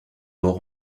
hauts